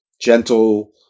gentle